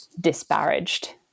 disparaged